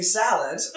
salad